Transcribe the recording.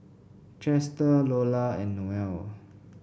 Chester Lola and Noel